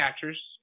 catchers